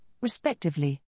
respectively